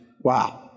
wow